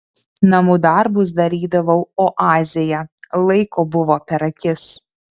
namų darbus darydavau oazėje laiko buvo per akis